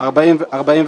43 --- מה זה לבריאות